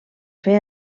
fer